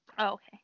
Okay